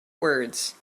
words